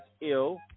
ill